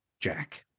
Jack